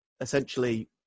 essentially